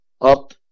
up